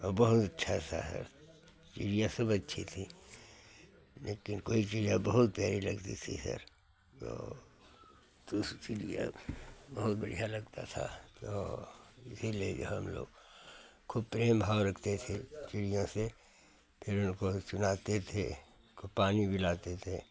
और बहुत अच्छा सा है चिड़िया सब अच्छी थी लेकिन कोई चीज़ है बहुत प्यारी लगती थी सर जो तो उस चिड़िया को बहुत बढ़िया लगता था और इसीलिए जो हम लोग खूब प्रेम भाव रखते थे चिड़िया से फिर बहुत खिलाते थे पानी पिलाते थे